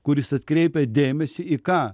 kuris atkreipia dėmesį į ką